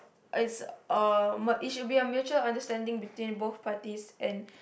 its um but its should be a mutual understanding between both parties and